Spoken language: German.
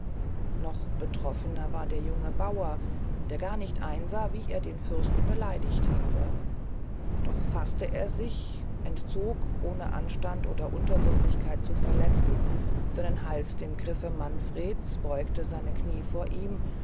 noch betroffener war der junge bauer der gar nicht einsah wie er den fürsten beleidigt habe doch faßte er sich entzog ohne anstand oder unterwürfigkeit zu verletzen seinen hals dem griffe manfred's beugte seine knie vor ihm